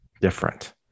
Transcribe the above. different